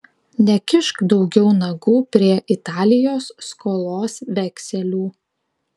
nekišk daugiau nagų prie italijos skolos vekselių